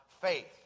faith